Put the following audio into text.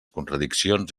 contradiccions